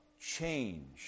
change